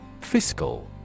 Fiscal